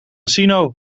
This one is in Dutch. casino